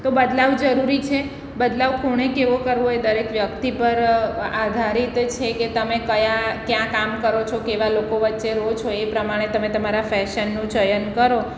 તો બદલાવ જરૂરી છે બદલાવ કોણે કેવો કરવો એ દરેક વ્યક્તિ પર આધારિત છે કે તમે કયા ક્યાં કામ કરો છો કેવા લોકો વચ્ચે રહો છો એ પ્રમાણે તમે તમારા ફેશનનું ચયન કરો